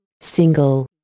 Single